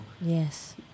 Yes